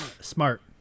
smart